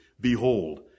Behold